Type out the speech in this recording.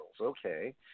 Okay